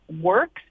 works